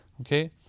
okay